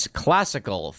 classical